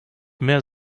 mehr